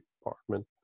department